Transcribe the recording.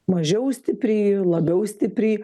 mažiau stipriai labiau stipriai